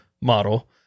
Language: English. model